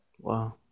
Wow